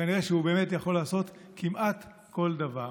כנראה שהוא באמת יכול לעשות כמעט כל דבר.